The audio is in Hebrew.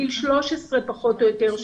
גיל 13 פחות או יותר,